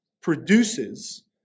produces